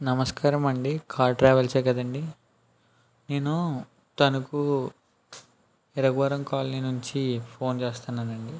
నమస్కారం అండి కార్ ట్రావెల్సే కదండి నేను తణుకు ఇరగవరం కాలనీ నుంచి ఫోన్ చేస్తున్నానండి